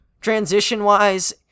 Transition-wise